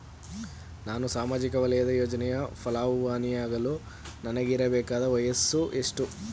ನಾನು ಸಾಮಾಜಿಕ ವಲಯದ ಯೋಜನೆಯ ಫಲಾನುಭವಿಯಾಗಲು ನನಗೆ ಇರಬೇಕಾದ ವಯಸ್ಸುಎಷ್ಟು?